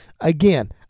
again